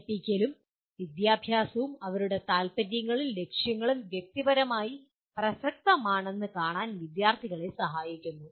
പഠിപ്പിക്കലും വിദ്യാഭ്യാസവും അവരുടെ താൽപ്പര്യങ്ങളും ലക്ഷ്യങ്ങളും വ്യക്തിപരമായി പ്രസക്തമാണെന്ന് കാണാൻ വിദ്യാർത്ഥികളെ സഹായിക്കുന്നു